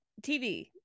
TV